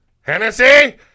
Hennessy